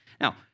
Now